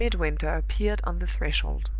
midwinter appeared on the threshold.